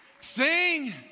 sing